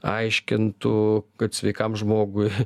aiškintų kad sveikam žmogui